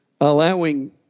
allowing